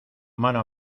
mano